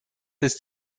ist